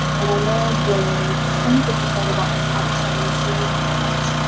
and i know the same could be said about my ninety seven senior comrades.